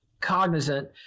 cognizant